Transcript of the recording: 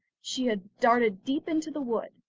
she had darted deep into the wood.